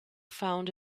found